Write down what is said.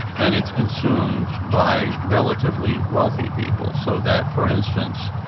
and it's consumed by relatively wealthy people, so that for instance,